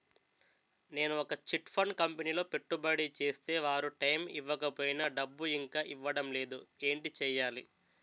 నేను ఒక chit fund కంపెనీలో పెట్టుబడి చేస్తే వారు టైమ్ ఇవ్వకపోయినా డబ్బు ఇంకా ఇవ్వడం లేదు ఏంటి చేయాలి?